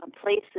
places